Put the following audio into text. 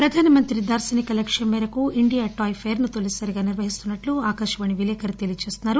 ప్రధానమంత్రి దార్శనిక లక్ష్యం మేరకు ఇండియా టాయ్ ఫెయిర్ ను తొలిసారిగా నిర్వహిస్తున్నట్లు ఆకాశవాణి విలేకరి తెలియచేశారు